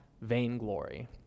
vainglory